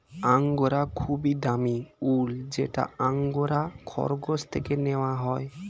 angora খুবই দামি উল যেটা অ্যাঙ্গোরা খরগোশ থেকে নেওয়া হয়